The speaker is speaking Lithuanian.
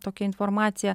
tokią informaciją